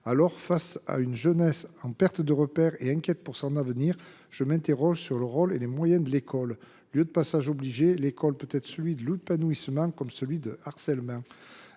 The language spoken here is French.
». Face à une jeunesse en perte de repères et inquiète pour son avenir, je m’interroge sur le rôle et les moyens de l’école, un lieu de passage obligé, qui peut être celui de l’épanouissement comme celui du harcèlement.